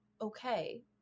okay